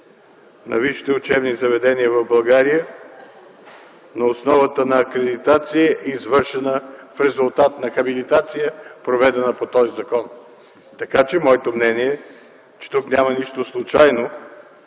на висшите учебни заведения в България на основата на акредитация, извършена в резултат на хабилитация, проведена по този закон? Моето мнение е, че тук няма нищо случайно